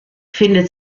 findet